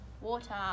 water